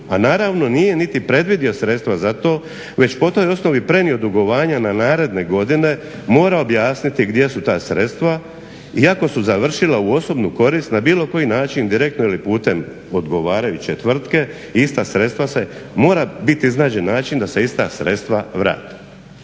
a naravno nije niti predvidio sredstva za to već po toj osnovi prenio dugovanja na naredne godine mora objasniti gdje su ta sredstva i ako su završila u osobnu korist na bilo koji način direktno ili putem odgovarajuće tvrtke ista sredstva se mora biti iznađen način da se ista sredstva vrate.